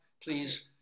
please